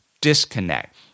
disconnect